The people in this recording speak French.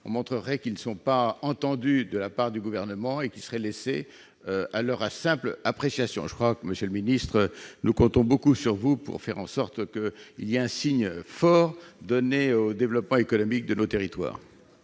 on montrerait qu'ils ne sont pas entendus de la part du gouvernement et qui serait laissée à l'heure à simple appréciation, je crois que Monsieur le ministre, nous comptons beaucoup sur vous pour faire en sorte que, il y a un signe fort donné au développement économique de nos territoires.